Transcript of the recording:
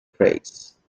face